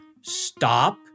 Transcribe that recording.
Stop